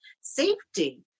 safety